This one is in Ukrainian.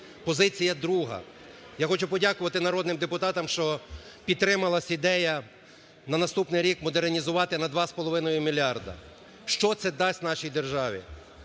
Позиція друга. Я хочу подякувати народним депутатам, що підтрималась ідея на наступний рік модернізувати на 2,5 мільярди. Що це дасть нашій державі?